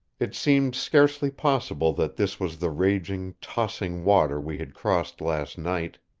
it seemed scarcely possible that this was the raging, tossing water we had crossed last night.